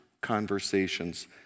conversations